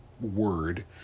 word